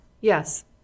Yes